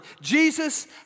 Jesus